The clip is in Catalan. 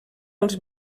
als